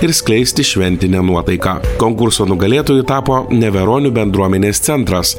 ir skleisti šventinę nuotaiką konkurso nugalėtoju tapo neveronių bendruomenės centras